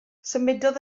symudodd